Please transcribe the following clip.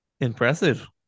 Impressive